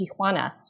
Tijuana